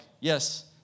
yes